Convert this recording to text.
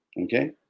Okay